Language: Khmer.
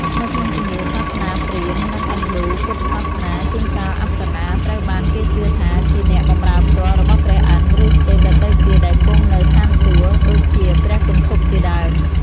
នៅក្នុងជំនឿសាសនាព្រាហ្មណ៍ និងឥណ្ឌូ ពុទ្ធសាសនា ជួនកាលអប្សរាត្រូវបានគេជឿថាជាអ្នកបំរើផ្ទាល់របស់ព្រះឥន្ទ្រ ឬទេពដទៃទៀតដែលគង់នៅស្ថានសួគ៌ ដូចជាព្រះគន្ធព្វជាដើម។